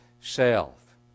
self